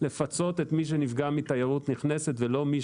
לפצות את מי שנפגע מתיירות נכנסת ולא מי